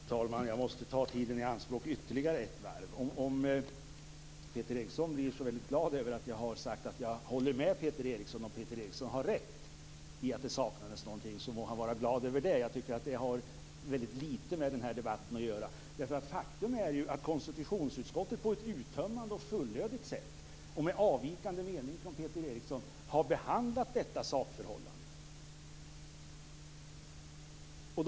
Fru talman! Jag måste ta tiden i anspråk ytterligare ett varv. Om Peter Eriksson blir så väldigt glad över att jag har sagt att jag håller med Peter Eriksson om Peter Eriksson har rätt i att det saknades någonting må han vara glad över det. Jag tycker att det har väldigt litet med den här debatten att göra. Faktum är ju att konstitutionsutskottet på ett uttömmande och fullödigt sätt, och med avvikande mening från Peter Eriksson, har behandlat detta sakförhållande.